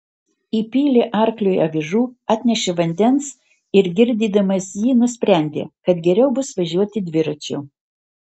įpylė arkliui avižų atnešė vandens ir girdydamas jį nusprendė kad geriau bus važiuoti dviračiu